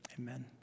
Amen